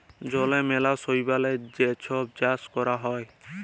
জলে ম্যালা শৈবালের যে ছব চাষ ক্যরা হ্যয়